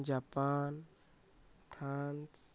Japan France